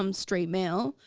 um straight male.